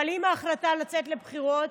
אבל אם ההחלטה היא לצאת לבחירות,